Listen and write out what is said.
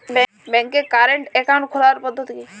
ব্যাংকে current account খোলার পদ্ধতি কি?